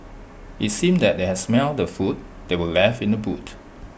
IT seemed that they had smelt the food that were left in the boot